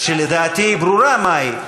שלדעתי ברור מה היא,